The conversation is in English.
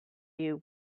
you